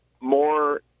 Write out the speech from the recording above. more